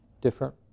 different